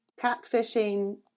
catfishing